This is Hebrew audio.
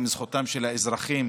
זכותם של האזרחים